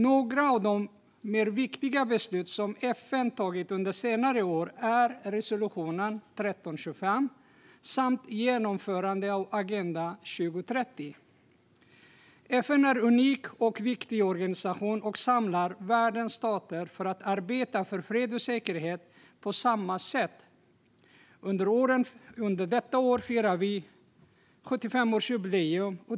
Några av FN:s viktigare beslut under senare år är resolutionen 1325 och genomförandet av Agenda 2030. FN är en unik och viktig organisation som samlar världens stater till att arbeta för fred och säkerhet på samma sätt. I år firar FN sitt 75-årsjubileum.